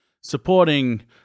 supporting